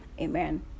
Amen